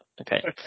Okay